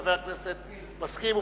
חבר הכנסת, מסכים.